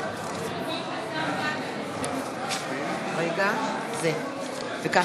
אין מתנגדים, אין